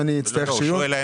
אני שואל,